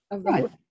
Right